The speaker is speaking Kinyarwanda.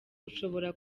ushobora